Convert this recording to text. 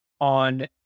on